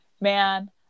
man